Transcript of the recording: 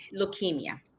leukemia